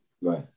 Right